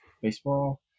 Baseball